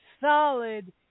solid